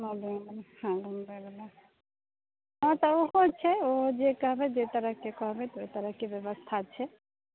modern हँ घूमबैवला हँ तऽ ओहो छै ओ जे कहबै जाहि तरहके कहबै ताहि तरहके व्यवस्था छै